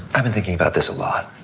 i've been thinking about this a lot.